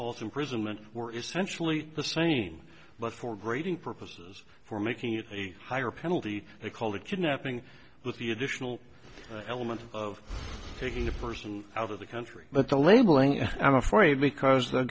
essentially the same but for grading purposes for making it a higher penalty they called a kidnapping with the additional element of taking a person out of the country but the labeling i'm afraid because the